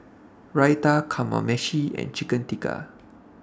Raita Kamameshi and Chicken Tikka